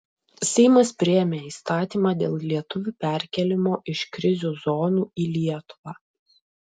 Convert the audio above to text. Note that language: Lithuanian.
seimas priėmė įstatymą dėl lietuvių perkėlimo iš krizių zonų į lietuvą